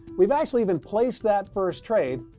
we've actually even placed that first trade.